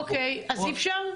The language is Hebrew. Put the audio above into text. אוקיי, אז אי אפשר?